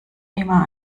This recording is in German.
immer